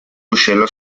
ruscello